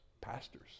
pastors